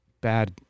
bad